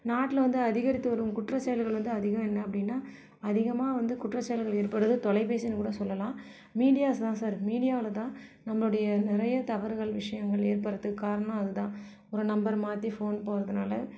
நாட்டில் வந்து அதிகரித்து வரும் குற்றச்செயல்கள் வந்து அதிகம் என்ன அப்படின்னா அதிகமாக வந்து குற்றச்செயல்கள் ஏற்படுவது தொலைப்பேசின்னு கூட சொல்லலாம் மீடியாஸ் தான் சார் மீடியாவில் தான் நம்மளுடைய நிறைய தவறுகள் விஷயங்கள் ஏற்படுகிறத்துக்கு காரணம் அதுதான் ஒரு நம்பர் மாற்றி ஃபோன் போட்கிறதுனாலே